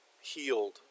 healed